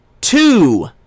two